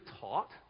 taught